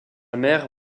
mère